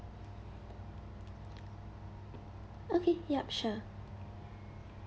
okay yup sure